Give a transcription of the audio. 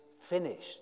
finished